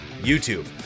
YouTube